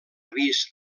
avís